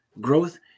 growth